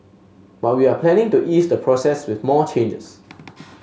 but we are planning to ease the process with more changes